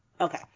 Okay